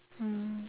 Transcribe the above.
mm